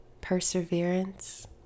perseverance